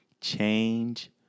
Change